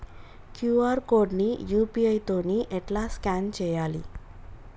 QR code ని UPI తోని ఎట్లా స్కాన్ చేయాలి?